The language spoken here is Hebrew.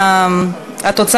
תרשמו בפרוטוקול.